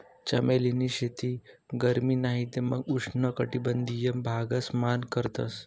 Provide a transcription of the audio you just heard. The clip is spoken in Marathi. चमेली नी शेती गरमी नाही ते मंग उष्ण कटबंधिय भागस मान करतस